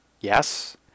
Yes